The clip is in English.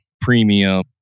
premium